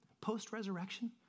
Post-resurrection